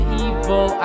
evil